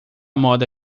moda